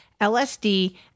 LSD